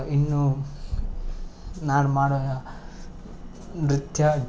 ಇನ್ನು ನಾನು ಮಾಡೋ ನೃತ್ಯ